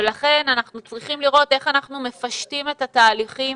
לכן אנחנו צריכים לראות איך אנחנו מפשטים את התהליכים